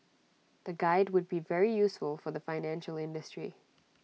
the guide would be very useful for the financial industry